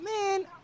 man